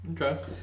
Okay